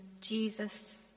Jesus